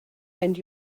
and